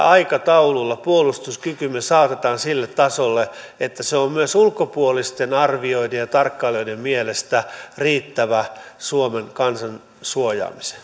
aikataululla puolustuskykymme saatetaan oikeasti sille tasolle että se on myös ulkopuolisten arvioijien ja tarkkailijoiden mielestä riittävä suomen kansan suojaamiseen